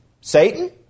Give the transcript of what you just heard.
Satan